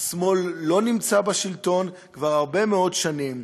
והשמאל לא נמצא בשלטון כבר הרבה מאוד שנים.